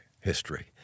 history